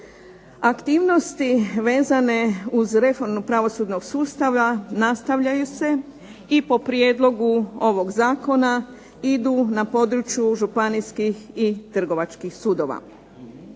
Aktivnosti vezane uz reformu pravosudnog sustava nastavljaju se i po prijedlogu ovog zakona idu na području županijskih i trgovačkih sudova.